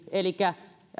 elikkä